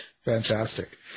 Fantastic